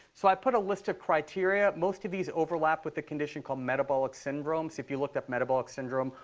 so i put a list of criteria. most of these overlap with a condition called metabolic syndrome. so if you looked up metabolic syndrome,